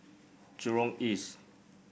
Jurong East